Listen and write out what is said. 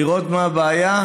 לראות מה הבעיה,